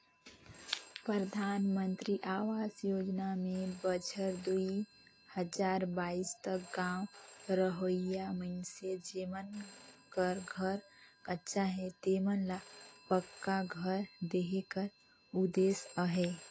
परधानमंतरी अवास योजना में बछर दुई हजार बाइस तक गाँव रहोइया मइनसे जेमन कर घर कच्चा हे तेमन ल पक्का घर देहे कर उदेस अहे